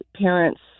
parents